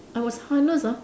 I was harnessed ah